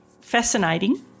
fascinating